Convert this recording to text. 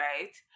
right